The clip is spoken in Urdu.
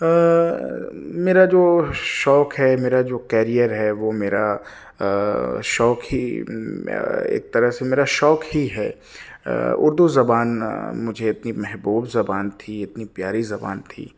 میرا جو شوق ہے میرا جو کیریئر ہے وہ میرا شوق ہی ایک طرح سے میرا شوق ہی ہے اردو زبان مجھے اتنی محبوب زبان تھی اتنی پیاری زبان تھی